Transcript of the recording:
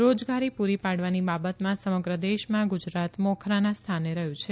રોજગારી પુરી પાડવાની બાબતમાં સમગ્ર દેશમાં ગુજરાત મોખરાના સ્થાને રહયું છે